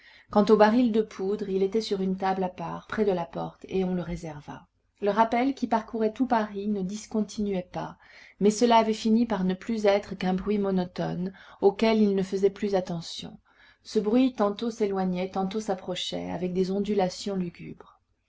quant au baril de poudre il était sur une table à part près de la porte et on le réserva le rappel qui parcourait tout paris ne discontinuait pas mais cela avait fini par ne plus être qu'un bruit monotone auquel ils ne faisaient plus attention ce bruit tantôt s'éloignait tantôt s'approchait avec des ondulations lugubres